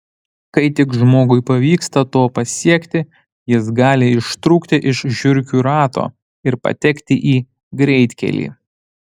kai tik žmogui pavyksta to pasiekti jis gali ištrūkti iš žiurkių rato ir patekti į greitkelį